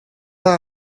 war